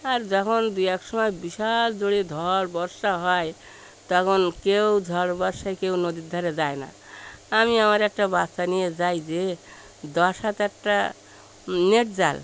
আর যখন দুই এক সময় বিশাল জোরে ঝড় বর্ষা হয় তখন কেউ ঝড় বর্ষায় কেউ নদীর ধারে যায় না আমি আমার একটা বচ্চা নিয়ে যাই যেয়ে দশ হাত একটা নেট জাল